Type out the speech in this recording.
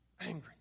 Angry